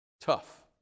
Tough